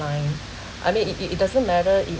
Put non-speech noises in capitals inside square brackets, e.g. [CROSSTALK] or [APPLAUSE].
[BREATH] I mean it it doesn't matter you